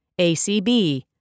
ACB